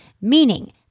meaning